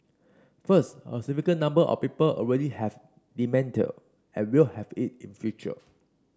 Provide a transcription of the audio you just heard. first a significant number of people already have dementia or will have it in future